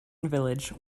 village